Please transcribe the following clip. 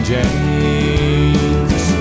James